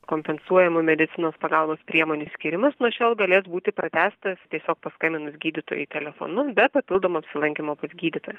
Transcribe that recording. kompensuojamų medicinos pagalbos priemonių skyrimas nuo šiol galės būti pratęstas tiesiog paskambinus gydytojui telefonu be papildomo apsilankymo pas gydytoją